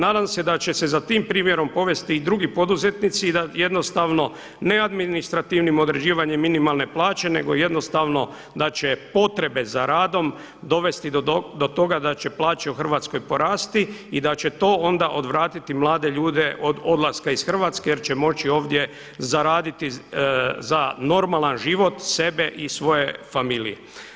Nadam se da će se za tim primjerom povesti i drugi poduzetnici i da jednostavno neadministrativnim određivanjem minimalne plaće, nego jednostavno da će potrebe za radom dovesti do toga da će plaće u Hrvatskoj porasti i da će to onda odvratiti mlade ljude od odlaska iz Hrvatske jer će moći ovdje zaraditi za normalan život sebe i svoje familije.